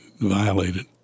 violated